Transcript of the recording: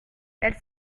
elle